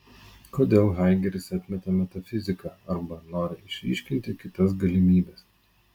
kodėl haidegeris atmeta metafiziką arba nori išryškinti kitas galimybes